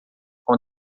com